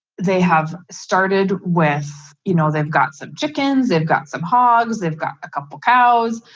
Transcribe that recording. they have started with, you know, they've got some chickens. they've got some hogs, they've got a couple cows.